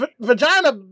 vagina